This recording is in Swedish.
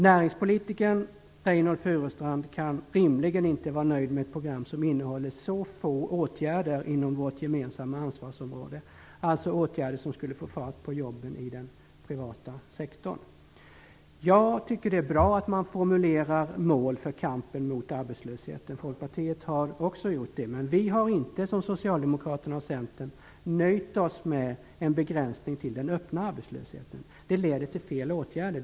Näringspolitikern Reynoldh Furustrand kan rimligen inte vara nöjd med ett program som innehåller så få åtgärder inom vårt gemensamma ansvarsområde, alltså åtgärder som skulle få fart på jobben i den privata sektorn. Jag tycker att det är bra att man formulerar mål för kampen mot arbetslösheten. Folkpartiet har också gjort det. Men vi har inte som Socialdemokraterna och Centern nöjt oss med en begränsning till den öppna arbetslösheten. Det leder till fel åtgärder.